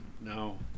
No